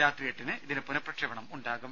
രാത്രി എട്ടിന് ഇതിന്റെ പുനഃപ്രക്ഷേപണം ഉണ്ടാകും